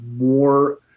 more